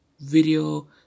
video